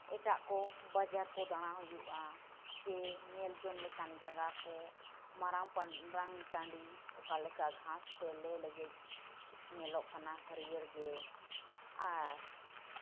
ᱮᱴᱟᱜᱠᱚ ᱵᱟᱡᱟᱨᱠᱚ ᱫᱟᱬᱟ ᱦᱩᱭᱩᱜᱼᱟ ᱪᱮ ᱧᱮᱞᱡᱚᱝ ᱞᱮᱠᱟᱱ ᱡᱟᱜᱟᱠᱚ ᱢᱟᱨᱟᱝ ᱴᱟᱺᱰᱤ ᱚᱠᱟᱞᱮᱠᱟ ᱜᱷᱟᱸᱥᱛᱮ ᱞᱮᱻᱞᱮᱜᱮᱡ ᱧᱮᱞᱚᱜ ᱠᱟᱱᱟ ᱦᱟᱹᱨᱭᱟᱹᱲᱜᱮ ᱟᱨ